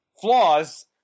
flaws